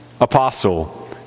apostle